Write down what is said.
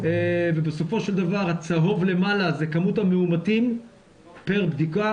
ובסופו של דבר הצהוב למעלה זה כמות המאומתים פר בדיקה